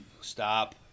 stop